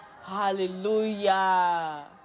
Hallelujah